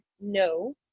no